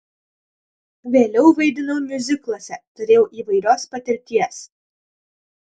vėliau vaidinau miuzikluose turėjau įvairios patirties